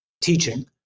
teaching